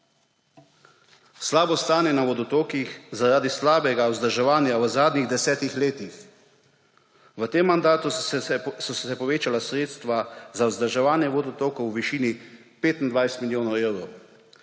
Slabo stanje na vodotokih zaradi slabega vzdrževanja v zadnjih 10 letih! V tem mandatu so se povečala sredstva za vzdrževanje vodotokov v višini 25 milijonov evrov.